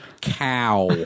Cow